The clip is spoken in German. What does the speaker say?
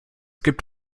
gibt